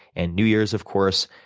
and new year's, of course.